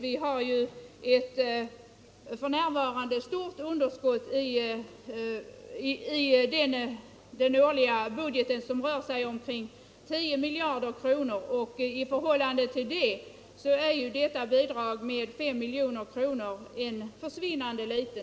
Vi lever f.n. med ett underskott i den årliga budgeten på ca 10 miljarder kronor. I förhållande till detta belopp utgör 5 milj.kr. en droppe i havet.